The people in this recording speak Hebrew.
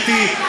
גברתי,